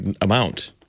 amount